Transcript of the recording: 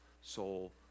soul